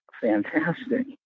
fantastic